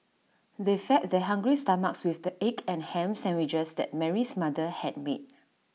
they fed their hungry stomachs with the egg and Ham Sandwiches that Mary's mother had made